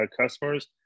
customers